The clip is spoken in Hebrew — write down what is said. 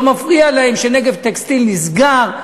לא מפריע להם ש"נגב טקסטיל" נסגר.